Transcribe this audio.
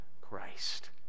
Christ